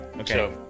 Okay